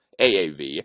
AAV